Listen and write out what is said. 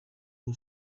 you